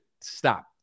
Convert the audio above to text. stop